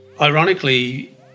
Ironically